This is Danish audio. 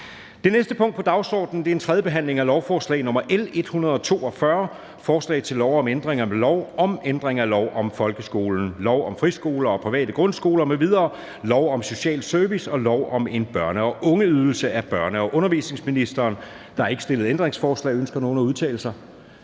Det næste punkt på dagsordenen er: 5) 3. behandling af lovforslag nr. L 142: Forslag til lov om ændring af lov om ændring af lov om folkeskolen, lov om friskoler og private grundskoler m.v., lov om social service og lov om en børne- og ungeydelse. (Ophævelse af revisionsbestemmelse). Af børne- og undervisningsministeren (Mattias